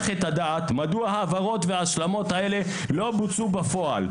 את הדעת מדוע ההבהרות הנ"ל וההשלמות לא בוצעו בפועל,